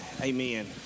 amen